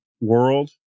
world